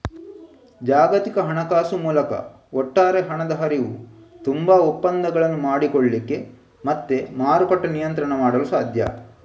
ಜಾಗತಿಕ ಹಣಕಾಸು ಮೂಲಕ ಒಟ್ಟಾರೆ ಹಣದ ಹರಿವು, ತುಂಬಾ ಒಪ್ಪಂದಗಳನ್ನು ಮಾಡಿಕೊಳ್ಳಿಕ್ಕೆ ಮತ್ತೆ ಮಾರುಕಟ್ಟೆ ನಿಯಂತ್ರಣ ಮಾಡಲು ಸಾಧ್ಯ